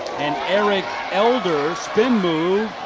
and eric elder, spin move,